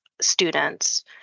students